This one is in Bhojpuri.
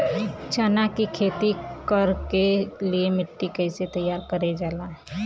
चना की खेती कर के लिए मिट्टी कैसे तैयार करें जाला?